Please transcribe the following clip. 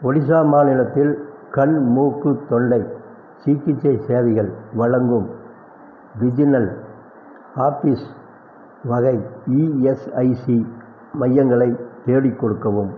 ஒடிசா மாநிலத்தில் கண் மூக்கு தொண்டை சிகிச்சை சேவைகள் வழங்கும் ரிஜினல் ஆபீஸ் வகை இஎஸ்ஐசி மையங்களை தேடிக் கொடுக்கவும்